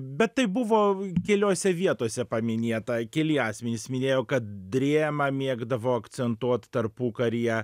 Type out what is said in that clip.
bet tai buvo keliose vietose paminėta keli asmenys minėjo kad drėma mėgdavo akcentuot tarpukaryje